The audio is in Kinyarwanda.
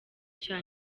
cya